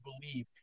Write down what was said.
believe